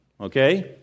okay